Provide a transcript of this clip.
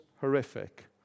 horrific